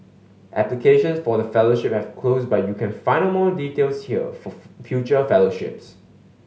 applications for the fellowship have closed but you can find out more details here for future fellowships